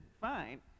fine